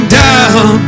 down